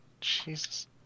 jesus